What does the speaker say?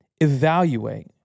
Evaluate